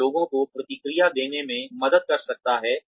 यह लोगों को प्रतिक्रिया देने में मदद कर सकता है